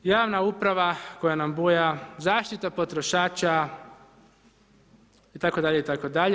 Javna uprava koja nam buja, zaštita potrošača itd., itd.